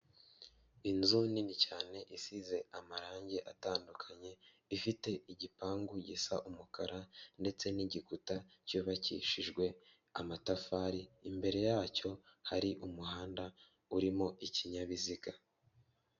Inzu nini cyane isize amarange atandukanye, ifite igipangu gisa umukara ndetse n'igikuta cyubakishijwe amatafari, imbere yacyo hari umuhanda urimo ikinyabiziga.